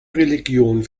religion